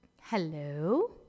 Hello